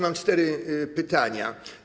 Mam cztery pytania.